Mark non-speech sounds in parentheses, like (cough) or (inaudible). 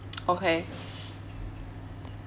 okay (breath)